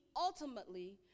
ultimately